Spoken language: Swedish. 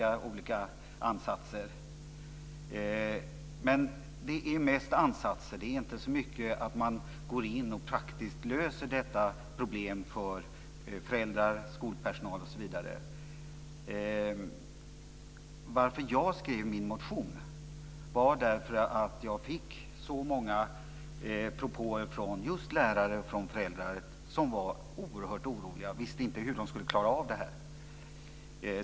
Men det är alltså mest fråga om ansatser. Man går inte särskilt mycket in för att faktiskt lösa de här problemen för föräldrar, skolpersonal osv. Anledningen till att jag väckte min motion var att jag fick så många propåer just från lärare och föräldrar som var oerhört oroliga och inte visste hur de skulle klara det här.